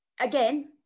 again